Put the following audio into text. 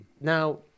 now